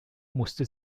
musste